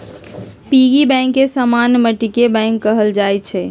piggy bank के समान्य माटिके बैंक कहल जाइ छइ